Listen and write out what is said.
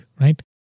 Right